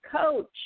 coach